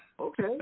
okay